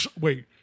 wait